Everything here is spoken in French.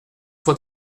fois